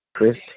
Chris